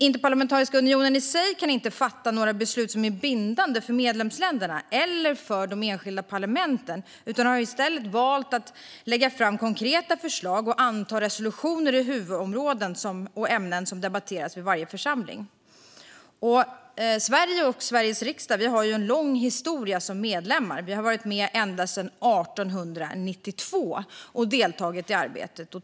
Interparlamentariska unionen i sig kan inte fatta några beslut som är bindande för medlemsländerna eller för de enskilda parlamenten utan har i stället valt att lägga fram konkreta förslag och anta resolutioner i de huvudämnen som debatteras vid varje församling. Sverige och Sveriges riksdag har en lång historia som medlem. Vi har varit med ända sedan 1892 och deltagit i arbetet.